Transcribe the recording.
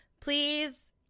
please